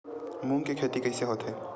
मूंग के खेती कइसे होथे?